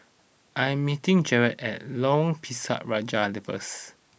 I am meeting Jarett at Lorong Pisang Raja first